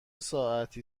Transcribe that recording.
ساعتی